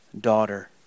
Daughter